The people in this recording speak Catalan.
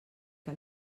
que